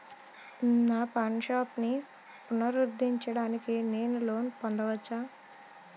నా పాన్ షాప్ని పునరుద్ధరించడానికి నేను లోన్ పొందవచ్చా?